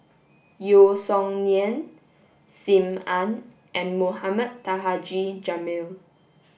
Yeo Song Nian Sim Ann and Mohamed Taha Haji Jamil